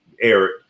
Eric